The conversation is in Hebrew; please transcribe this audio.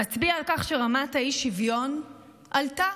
מצביע על כך שרמת האי-שוויון עלתה